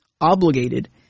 obligated